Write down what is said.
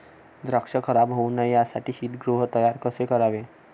द्राक्ष खराब होऊ नये यासाठी शीतगृह तयार कसे करावे?